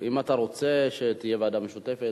אם אתה רוצה שתהיה ועדה משותפת,